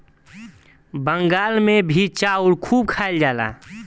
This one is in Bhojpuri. बंगाल मे भी चाउर खूब खाइल जाला